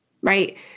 right